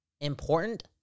important